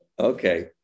Okay